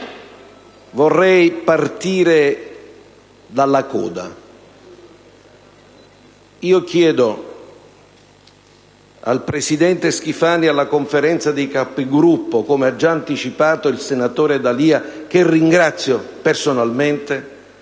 vorrei partire dalla coda. Chiedo al presidente Schifani e alla Conferenza dei Capigruppo, come ha già anticipato il senatore D'Alia, che ringrazio personalmente